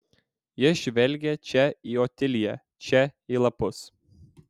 jis žvelgė čia į otiliją čia į lapus